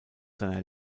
seiner